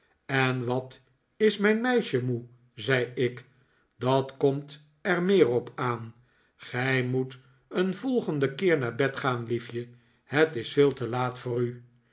en wat is mijn meisje moe zei ik dat komt er meer op aan gij moet een volgenden keer naar bed gaan liefje het is veel te laat voor u